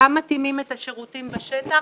גם מתאימים את השירותים בשטח